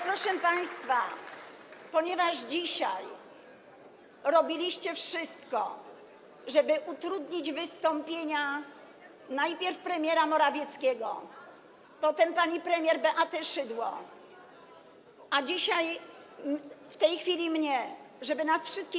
Proszę państwa, ponieważ dzisiaj robiliście wszystko, żeby utrudnić wystąpienia najpierw premierowi Morawieckiemu, potem pani premier Beacie Szydło, a w tej chwili mnie, żeby nas wszystkich.